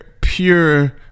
pure